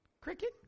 Cricket